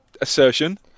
assertion